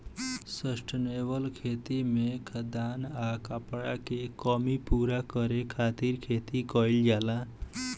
sustainable खेती में खाद्यान आ कपड़ा के कमी पूरा करे खातिर खेती कईल जाला